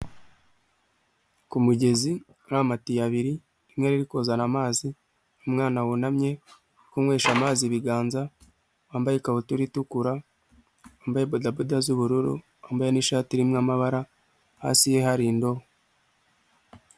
Ku mugezi hari amatiyo abiri, imwe riri kuzana amazi, umwana wunamye, kunywesha amazi ibiganza,, wambaye ikabutura, wambaye bodaboda z'ubururu, wambaye ni'shati irimo amabara hasi ye hari indobo.